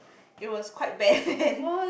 it was quite bad then